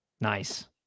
Nice